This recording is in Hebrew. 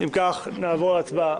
אם כך, נעבור להצבעה.